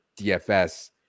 DFS